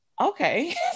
okay